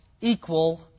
equal